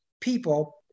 people